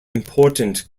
important